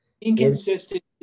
inconsistent